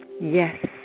Yes